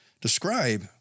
describe